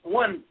one